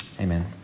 Amen